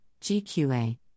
gqa